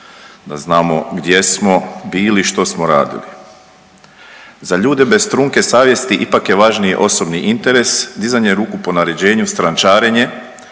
da znamo gdje smo bili i što smo radili. „Za ljude bez trunke savjesti ipak je važniji osobni interes, dizanje ruku po naređenju, strančarenje,